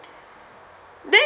then